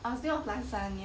I was thinking of lasagne